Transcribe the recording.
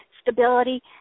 stability